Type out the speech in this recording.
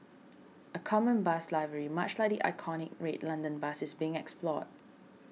a common bus livery much like the iconic red London bus is being explored